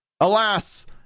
Alas